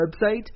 website